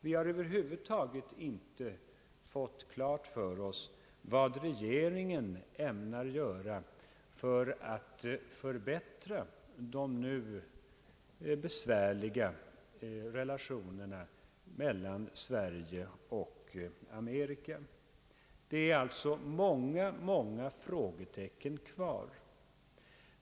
Vi har över huvud taget inte fått klart för oss vad regeringen ämnar göra för att förbättra de nu besvärliga relationerna mellan Sverige och Amerika. Det är alltså många, många frågetecken kvar.